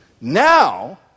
Now